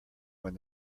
when